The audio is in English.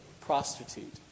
prostitute